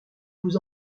vous